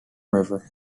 river